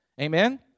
Amen